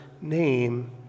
name